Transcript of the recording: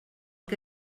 que